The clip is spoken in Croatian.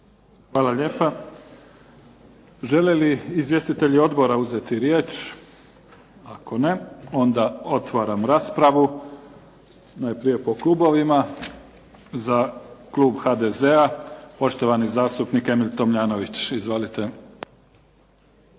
Hvala lijepa. Žele li izvjestitelji odbora uzeti riječ? Ako ne onda otvaram raspravu, najprije po klubovima. Za klub HDZ-a poštovani zastupnik Emil Tomljanović. Izvolite.